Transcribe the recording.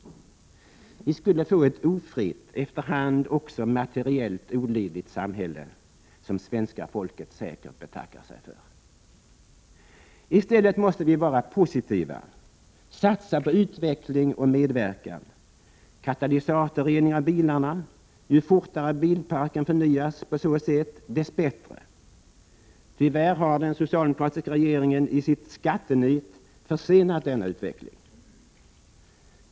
Vi skulle få ett ofritt, efter hand också materiellt olidligt, samhälle som svenska folket säkert betackar sig för. I stället måste vi vara positiva, satsa på ken och dess konsekvenser för miljön utveckling och medverkan: katalysatorrening av bilarna — ju fortare bilparken förnyas på så sätt, desto bättre. Tyvärr har den socialdemokratiska regeringen i sitt skattenit försenat denna utveckling.